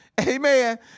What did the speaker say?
Amen